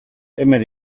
hemen